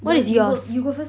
you you go first